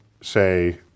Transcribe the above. say